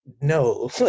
no